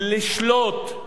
לשלוט,